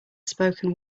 spoken